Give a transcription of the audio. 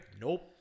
nope